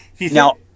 Now